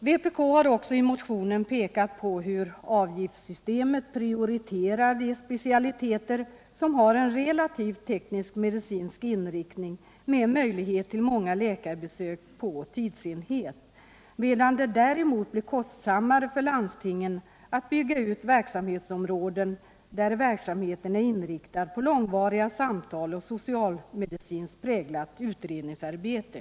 Vpk har i motionen också pekat på hur avgiftssystemet prioriterar de specialiteter som har en relativt tekniskt-medicinsk inriktning med möjlighet till många läkarbesök per tidsenhet, medan det blir kostsammare för landstingen att bygga ut verksamhetsområden som är inriktade på långvariga samtal och socialmedicinskt präglat utredningsarbete.